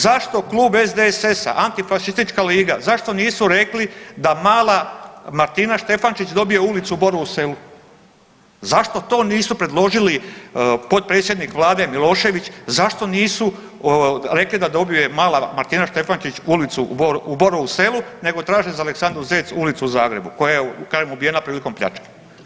Zašto Klub SDSS-a antifašistička liga, zašto nisu rekli da mala Martina Štefančić dobije ulicu u Borovu selu, zašto to nisu predložili potpredsjednik vlade Milošević, zašto nisu rekli da dobije mala Martina Štefančić u Borovu selu nego traže za Aleksandru Zec ulicu u Zagrebu koja je kažem ubijena prilikom pljačke.